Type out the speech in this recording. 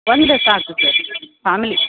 ಒಂದು ಸಾಕು sir family